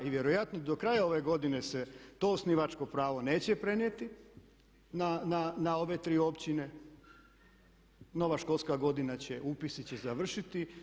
I vjerojatno do kraja ove godine se to osnivačko pravo neće prenijeti na ove tri općine, nova školska godina će, upisi će završiti.